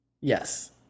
Yes